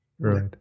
Right